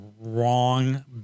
wrong